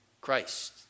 Christ